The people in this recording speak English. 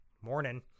morning